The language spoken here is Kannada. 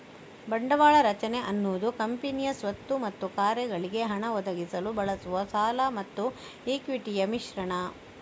ಬಂಡವಾಳ ರಚನೆ ಅನ್ನುದು ಕಂಪನಿಯ ಸ್ವತ್ತು ಮತ್ತು ಕಾರ್ಯಗಳಿಗೆ ಹಣ ಒದಗಿಸಲು ಬಳಸುವ ಸಾಲ ಮತ್ತು ಇಕ್ವಿಟಿಯ ಮಿಶ್ರಣ